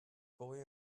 boy